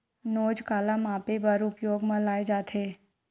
नोच काला मापे बर उपयोग म लाये जाथे?